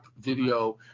video